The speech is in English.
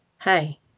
hey